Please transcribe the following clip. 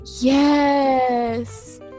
Yes